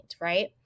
right